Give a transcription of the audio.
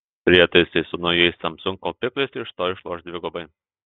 prietaisai su naujais samsung kaupikliais iš to išloš dvigubai